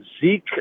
Zeke